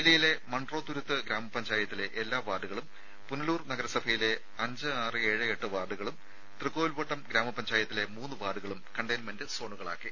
ജില്ലയിലെ മൺട്രോ തുരുത്ത് ഗ്രാമപഞ്ചായത്തിലെ എല്ലാ വാർഡുകളും പുനലൂർ നഗരസഭയിലെ അഞ്ച് ആറ് ഏഴ് എട്ട് വാർഡുകളും തൃക്കോവിൽവട്ടം ഗ്രാമപഞ്ചായത്തിലെ മൂന്ന് വാർഡുകളും കണ്ടെയ്ൻമെന്റ് സോണുകളാക്കി